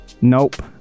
nope